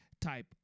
type